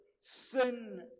sin